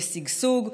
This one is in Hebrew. בשגשוג,